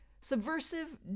Subversive